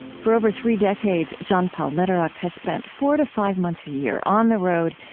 for over three decades, john paul lederach has spent four to five months a year on the road,